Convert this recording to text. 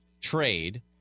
Trade